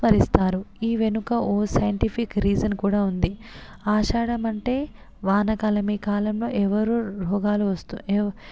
స్మరిస్తారు ఈ వెనుక ఓ సైంటిఫిక్ రీసన్ కూడా ఉంది ఆషాడం అంటే వానాకాలమే కాలంలో ఎవరు రోగాలు వస్తూ ఎ